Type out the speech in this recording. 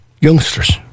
youngsters